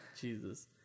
Jesus